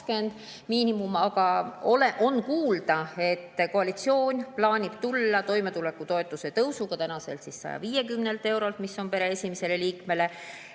miinimum, aga on kuulda, et koalitsioon plaanib tulla toimetulekutoetuse tõusuga tänaselt 150 eurolt, mis on ette nähtud pere esimesele liikmele